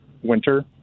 Winter